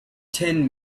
ten